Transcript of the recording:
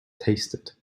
tasted